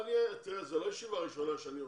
זאת לא הישיבה הראשונה שאני מקיים.